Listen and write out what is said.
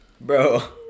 bro